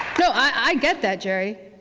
so i get that, jeri,